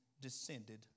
descended